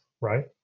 right